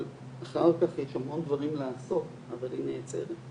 אחר כך יש המון דברים לעשות, אבל היא נעצרת.